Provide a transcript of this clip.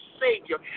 Savior